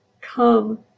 Come